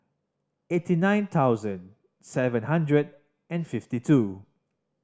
eighty nine thousand seven hundred and fifty two